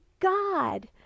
God